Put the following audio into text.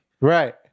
Right